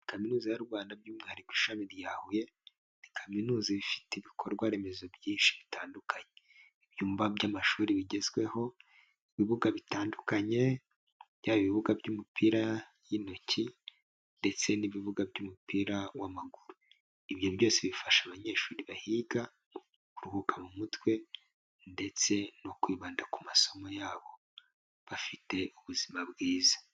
Kaminuza y'u Rwanda by'umwihariko ishami rya Huye, ni kaminuza ifite ibikorwa remezo byinshi bitandukanye. Ibyumba by'amashuri bigezweho, ibibuga bitandukanye, byaba ibibuga by'umupira y'intoki, ndetse n'ibibuga by'umupira w'amaguru. Ibyo byose bifasha abanyeshuri bahiga kuruhuka mu mutwe, ndetse no kwibanda ku masomo yabo, bafite ubuzima bwiza.